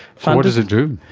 what does it do?